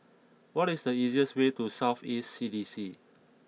what is the easiest way to South East C D C